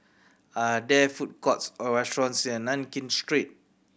are there food courts or restaurants near Nankin Street